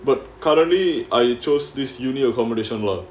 but currently I chose this university accommodation lah